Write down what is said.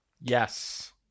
Yes